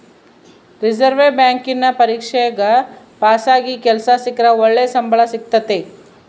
reserve ಬ್ಯಾಂಕಿನ ಪರೀಕ್ಷೆಗ ಪಾಸಾಗಿ ಕೆಲ್ಸ ಸಿಕ್ರ ಒಳ್ಳೆ ಸಂಬಳ ಸಿಕ್ತತತೆ